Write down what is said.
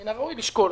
מן הראוי לשקול.